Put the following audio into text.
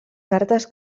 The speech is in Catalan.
cartes